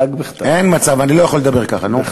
אין מצב, אני לא יכול לדבר ככה, נו.